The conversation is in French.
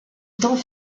temps